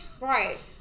Right